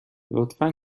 لطفا